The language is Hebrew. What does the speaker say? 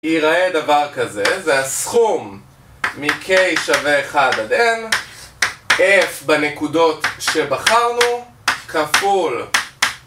ייראה דבר כזה, זה הסכום מ-K שווה 1 עד N, F בנקודות שבחרנו כפול